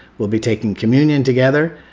we'll be taking communion together.